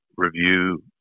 review